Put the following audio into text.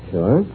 Sure